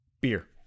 beer